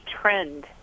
trend